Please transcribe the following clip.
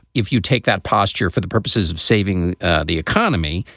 if you take that posture for the purposes of saving the economy,